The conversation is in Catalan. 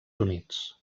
units